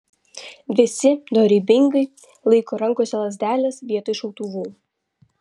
visi dorybingai laiko rankose lazdeles vietoj šautuvų